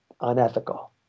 unethical